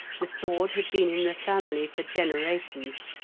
the sword had been in the family for generations,